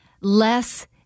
less